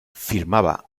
firmaba